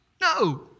No